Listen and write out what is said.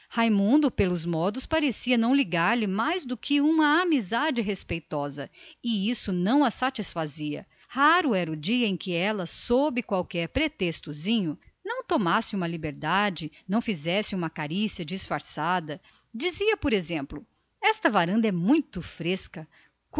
raimundo pelos modos parecia que lhe não tributava mais do que respeitosa amizade de irmão e isto para ela não bastava raro era o dia em que a moça sob qualquer pretexto não lhe fazia uma carícia disfarçada dizia por exemplo esta varanda é muito fresca